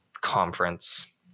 conference